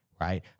right